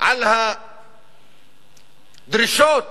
על הדרישות